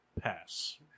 Pass